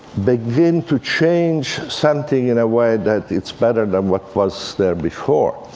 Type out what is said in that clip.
begin to change something in a way that it's better than what was there before.